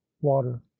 water